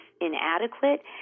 inadequate